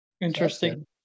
Interesting